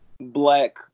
black